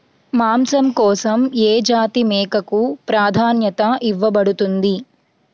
మాంసం కోసం ఏ జాతి మేకకు ప్రాధాన్యత ఇవ్వబడుతుంది?